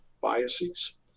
biases